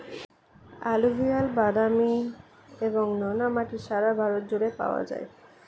alluvial, বাদামি এবং নোনা মাটি সারা ভারত জুড়ে পাওয়া যায়